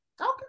Okay